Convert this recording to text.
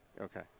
Okay